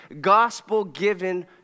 gospel-given